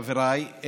חבריי,